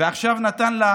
ועכשיו נתן לה,